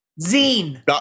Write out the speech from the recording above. zine